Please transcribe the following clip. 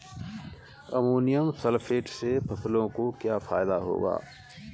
Ammonium sulphate से फसलों को क्या फायदा होगा?